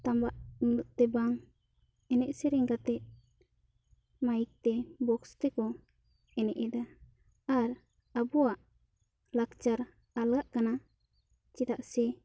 ᱴᱟᱢᱟᱠ ᱛᱩᱢᱫᱟᱜ ᱛᱮ ᱵᱟᱝ ᱮᱱᱮᱡ ᱥᱮᱨᱮᱧ ᱠᱟᱛᱮ ᱢᱟᱭᱤᱠ ᱛᱮ ᱵᱚᱠᱥ ᱛᱮ ᱠᱚ ᱮᱱᱮᱡ ᱮᱫᱟ ᱟᱨ ᱟᱵᱚᱣᱟᱜ ᱞᱟᱠᱪᱟᱨ ᱟᱞᱜᱟ ᱠᱟᱱᱟ ᱪᱮᱫᱟᱜ ᱥᱮ